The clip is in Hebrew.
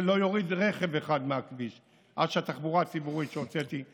זה לא יוריד רכב אחד מהכביש עד שהתחבורה הציבורית שהוצאתי לא תהיה.